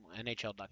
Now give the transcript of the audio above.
NHL.com